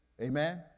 Amen